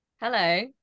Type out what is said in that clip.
Hello